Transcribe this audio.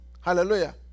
Hallelujah